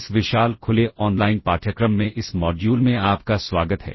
इस विशाल खुले ऑनलाइन पाठ्यक्रम में इस मॉड्यूल में आपका स्वागत है